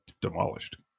demolished